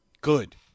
Good